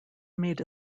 made